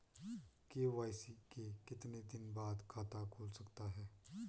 KYC के कितने दिन बाद खाता खुल सकता है?